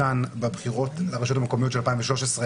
בבחירות לרשויות המקומיות של 2013,